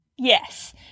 Yes